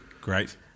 Great